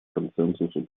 консенсусу